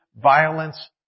violence